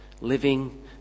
living